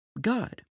God